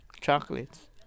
Chocolates